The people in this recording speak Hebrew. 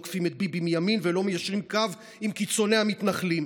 לא עוקפים את ביבי מימין ולא מיישרים קו עם קיצוני המתנחלים.